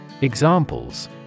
Examples